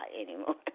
Anymore